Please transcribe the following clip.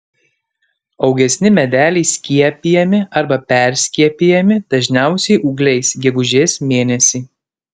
augesni medeliai skiepijami arba perskiepijami dažniausiai ūgliais gegužės mėnesį